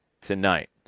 tonight